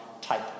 type